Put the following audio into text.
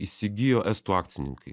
įsigijo estų akcininkai